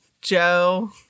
Joe